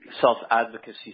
self-advocacy